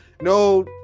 no